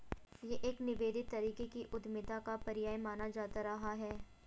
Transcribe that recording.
यह एक निवेदित तरीके की उद्यमिता का पर्याय माना जाता रहा है